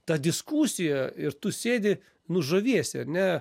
ta diskusija ir tu sėdi nu žaviesi ar ne